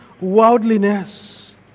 worldliness